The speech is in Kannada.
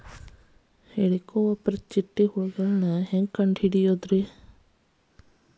ಹೇಳಿಕೋವಪ್ರ ಚಿಟ್ಟೆ ಹುಳುಗಳನ್ನು ಹೆಂಗ್ ಕಂಡು ಹಿಡಿಯುದುರಿ?